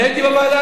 אני הייתי בוועדה.